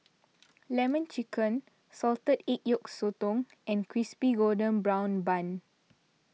Lemon Chicken Salted Egg Yolk Sotong and Crispy Golden Brown Bun